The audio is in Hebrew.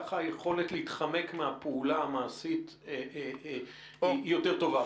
כך היכולת להתחמק מהפעולה המעשית יותר טובה.